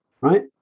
right